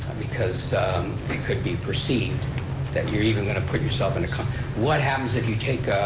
because it could be perceived that you're even going to put yourself in a, what happens if you take